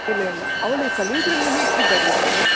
ಇಲ್ಲ ಇಲ್ಲ ಅವಳು ಕಲಿಯೋದ್ರಲಿ ಹೇಗಿದ್ದಾಳೆ ಟೀಚರ್